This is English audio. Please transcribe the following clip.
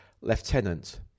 Lieutenant